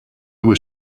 was